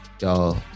Y'all